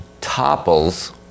topples